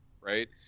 right